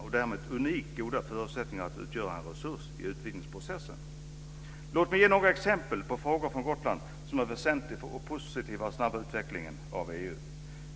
Gotland har därmed unikt goda förutsättningar att utgöra en resurs i utvidgningsprocessen. Låt mig ge några exempel på frågor från Gotland som är väsentliga för den positiva och snabba utvidgningen av EU.